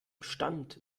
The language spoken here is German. stand